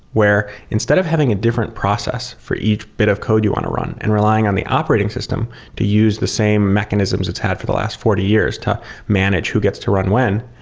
where instead of having a different process for each bit of code you want to run and relying on the operating system to use the same mechanisms it's had for the last forty years to manage who gets to run when,